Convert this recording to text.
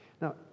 Now